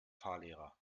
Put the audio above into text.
fahrlehrer